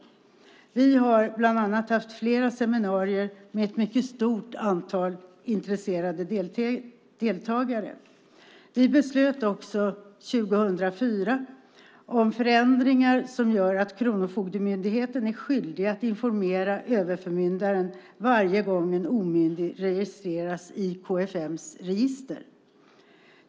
Vi har bland annat haft flera seminarier med ett mycket stort antal intresserade deltagare. Vi beslutade också 2004 om förändringar som gör att Kronofogdemyndigheten är skyldig att informera överförmyndaren varje gång en omyndig registreras i KFM:s register.